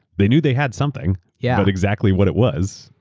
they knew they had something, yeah but exactly what it was,